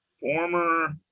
former